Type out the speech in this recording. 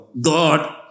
God